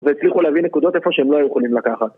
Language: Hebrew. והצליחו להביא נקודות איפה שהם לא יכולים לקחת